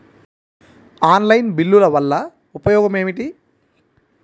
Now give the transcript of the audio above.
Online బిల్లుల వల్ల ఉపయోగమేమిటీ?